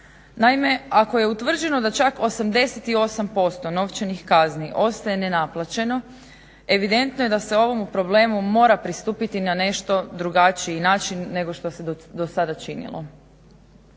Naime ako je utvrđeno da čak 88% novčanih kazni ostaje nenaplaćeno evidentno je da se ovome problemu mora pristupiti na nešto drugačiji način nego što se do sada činilo.